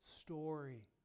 story